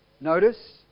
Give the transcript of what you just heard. notice